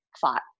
fought